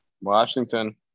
Washington